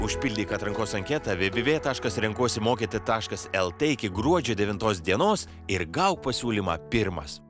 užpildyk atrankos anketą vė vė vė taškas renkuosi mokyti taškas el tė iki gruodžio devintos dienos ir gauk pasiūlymą pirmas